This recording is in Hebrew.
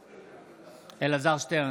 בעד אלעזר שטרן,